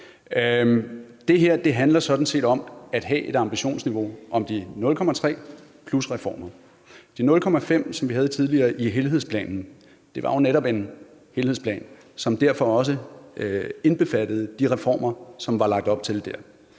Det her handler sådan set om at have et ambitionsniveau på de 0,3 pct. plus reformer. De 0,5 pct., som vi havde tidligere i helhedsplanen – og det var jo netop en helhedsplan – indbefattede også de reformer, som der var lagt op til der.